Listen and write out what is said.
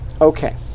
Okay